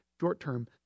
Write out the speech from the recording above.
short-term